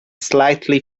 slightly